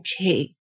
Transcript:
okay